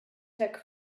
took